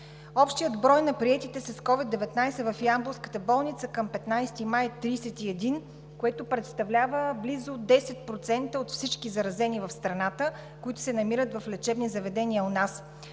Общият брой на приетите с COVID-19 в ямболската болница към 15 май е 31, което представлява близо 10% от всички заразени в страната, които се намират в лечебни заведения у нас.